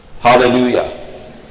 Hallelujah